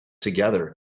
together